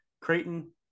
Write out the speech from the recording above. Creighton